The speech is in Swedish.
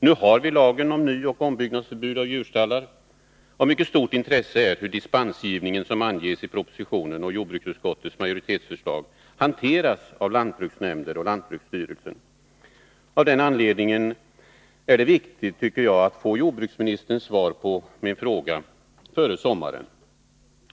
Nu har vi lagen med förbud mot nyoch ombyggnad av djurstallar. Av mycket stort intresse är hur dispensgivningen, som anges i propositionen och i jordbruksutskottets majoritetsförslag, hanteras av lantbruksnämnder och lantbruksstyrelsen. Av den anledningen är det viktigt, tycker jag, att få jordbruksministerns svar på min fråga före sommaren.